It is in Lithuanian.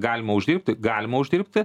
galima uždirbti galima uždirbti